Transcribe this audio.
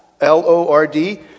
L-O-R-D